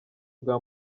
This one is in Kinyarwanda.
bwa